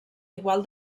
igual